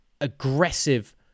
aggressive